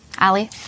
Ali